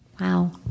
Wow